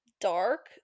dark